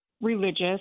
religious